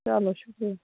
چلو شُکریہ